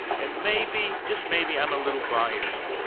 and maybe, just maybe i am a little biased,